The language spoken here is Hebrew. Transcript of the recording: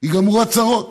ייגמרו הצרות?